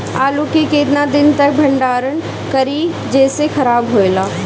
आलू के केतना दिन तक भंडारण करी जेसे खराब होएला?